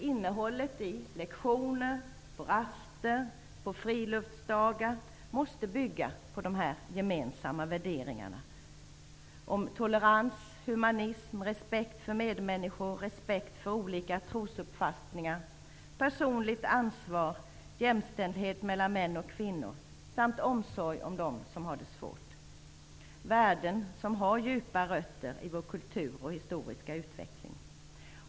Innehållet i lektioner, på raster, på friluftsdagar måste bygga på de här gemensamma värderingarna om tolerans, humanism, respekt för medmänniskor, respekt för olika trosuppfattningar, personligt ansvar, jämställdhet mellan män och kvinnor samt omsorg om dem som har det svårt. Det är värden som har djupa rötter i vår kultur och i vår historiska utveckling.